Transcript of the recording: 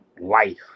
life